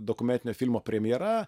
dokumentinio filmo premjera